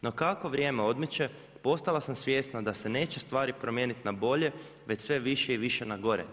No kako vrijeme odmiče postala sam svjesna da se neće stvari promijeniti na bolje već sve više i više na gore.